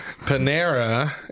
Panera